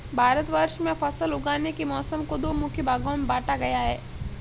भारतवर्ष में फसल उगाने के मौसम को दो मुख्य भागों में बांटा गया है